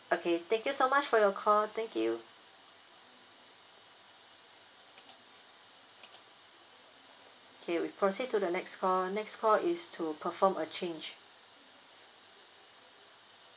okay thank you so much for your call thank you K we proceed to the next call next call is to perform a change